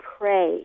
pray